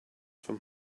from